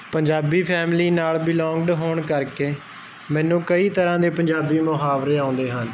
Punjabi family ਨਾਲ belong ਹੋਣ ਕਰਕੇ ਮੈਨੂੰ ਕਈ ਤਰ੍ਹਾਂ ਦੇ ਪੰਜਾਬੀ ਮੁਹਾਵਰੇ ਆਉਂਦੇ ਹਨ